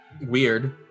Weird